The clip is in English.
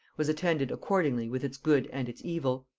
was attended accordingly with its good and its evil.